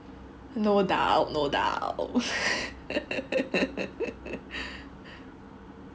no doubt no doubt